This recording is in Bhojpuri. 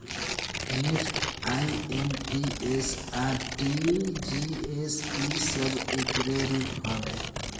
निफ्ट, आई.एम.पी.एस, आर.टी.जी.एस इ सब एकरे रूप हवे